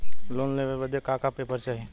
Loan लेवे बदे का का पेपर चाही?